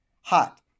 hot